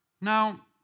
Now